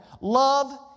love